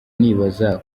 nibaza